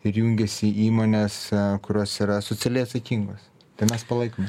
ir jungiasi įmonės e kurios yra socialiai atsakingos tai mes palaikome